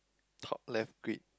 top left grid